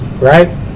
right